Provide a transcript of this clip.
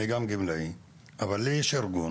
אני גם גמלאי אבל לי יש ארגון